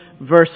verse